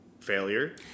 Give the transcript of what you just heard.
Failure